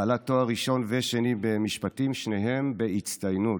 בעלת תואר ראשון ושני במשפטים, שניהם בהצטיינות.